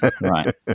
Right